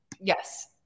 yes